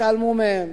התעלמו מהן.